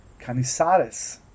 Canisares